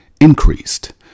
increased